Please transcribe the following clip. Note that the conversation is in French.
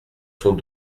sont